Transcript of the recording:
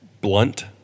blunt